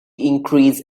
increase